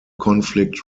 conflict